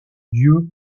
dieu